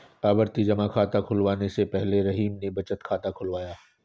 आवर्ती जमा खाता खुलवाने से पहले रहीम ने बचत खाता खुलवाया